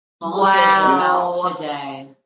Wow